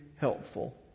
helpful